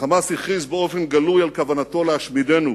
ה"חמאס" הכריז באופן גלוי על כוונתו להשמידנו,